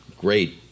great